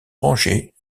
rangées